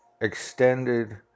extended